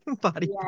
Body